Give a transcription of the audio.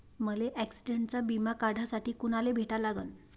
मले ॲक्सिडंटचा बिमा काढासाठी कुनाले भेटा लागन?